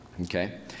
okay